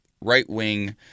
right-wing